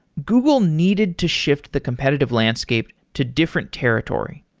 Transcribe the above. google needed to shift the competitive landscape to different territory.